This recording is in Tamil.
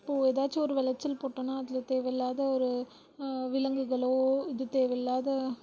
இப்போ ஏதாச்சும் ஒரு விளைச்சல் போட்டோம்னா அதில் தேவை இல்லாத ஒரு விலங்குகளோ இது தேவைல்லாத